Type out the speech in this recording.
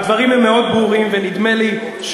ונדמה לי,